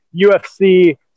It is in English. UFC